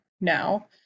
now